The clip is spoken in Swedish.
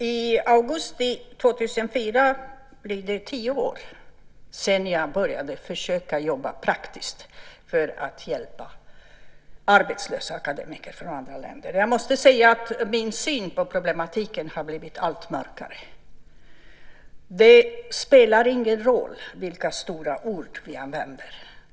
Fru talman! I augusti 2004 är det tio år sedan jag började försöka jobba praktiskt för att hjälpa arbetslösa akademiker från andra länder. Jag måste säga att min syn på problematiken har blivit allt mörkare. Det spelar ingen roll vilka stora ord vi använder.